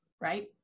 right